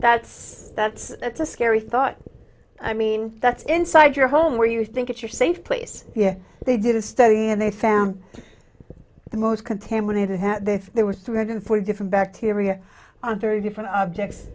that's that's that's a scary thought i mean that's inside your home where you think it's your safe place yeah they did a study and they found the most contaminated there were three hundred forty different bacteria on thirty different objects